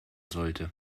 sollte